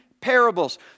parables